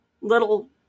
little